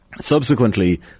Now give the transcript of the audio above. subsequently